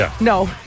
no